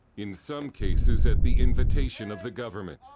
in some cases, at the invitation of the government.